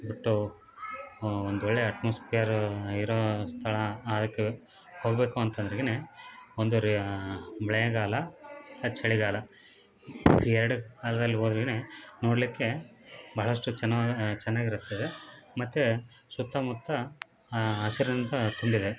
but ಒಂದು ಒಳ್ಳೆ atmosphere ಇರೋ ಸ್ಥಳ ಆಕ ಹೋಗಬೇಕು ಅಂತ ಅಂದ್ರಗಿನೆ ಒಂದು ರೇ ಮಳೆಗಾಲ ಇಲ್ಲ ಚಳಿಗಾಲ ಎರ್ಡು ಅದ್ರಲ್ಲಿ ಹೋದ್ರೆಯೇ ನೋಡಲಿಕ್ಕೆ ಭಾಳಷ್ಟು ಚೆನ್ನಾಗಿ ಚೆನ್ನಾಗಿರುತ್ತದೆ ಮತ್ತು ಸುತ್ತಮುತ್ತ ಹಸಿರಿಂದ ತುಂಬಿದೆ